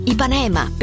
Ipanema